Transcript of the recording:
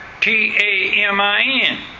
T-A-M-I-N